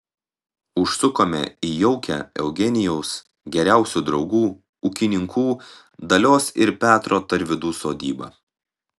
užsukome į jaukią eugenijaus geriausių draugų ūkininkų dalios ir petro tarvydų sodybą